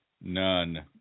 None